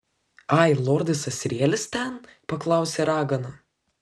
ai lordas asrielis ten paklausė ragana